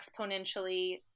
exponentially